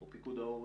או פיקוד העורף,